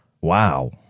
Wow